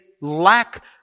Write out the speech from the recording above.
lack